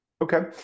Okay